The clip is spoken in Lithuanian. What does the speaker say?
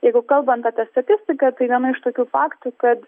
jeigu kalbant apie statistiką tai viena iš tokių faktų kad